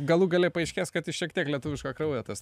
galų gale paaiškės kad ir šiek tiek lietuviško kraujo tas